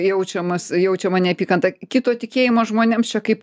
jaučiamas jaučiama neapykanta kito tikėjimo žmonėms čia kaip